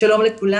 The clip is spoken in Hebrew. שלום לכולם.